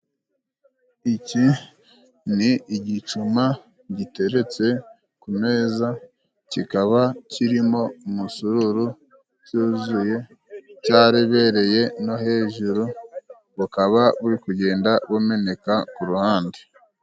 Iki ni igicuma giteretse ku meza, kikaba kirimo umusoruru cyuzuye cyarebereye no hejuru, bukaba buri kugenda bumeneka ku ruhande.